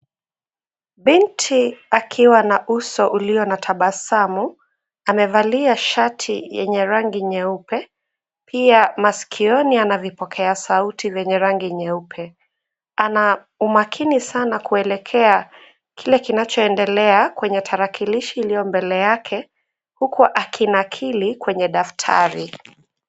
Binti akiwa na uso ulio na tabasamu, amevalia shati yenye rangi nyeupe, pia masikioni ana vipokea sauti vyenye rangi nyeupe. Ana umakini sana kuelekea kile kinachoendelea, kwenye tarakilishi iliyo mbele yake, huku akinakili kwenye daftari.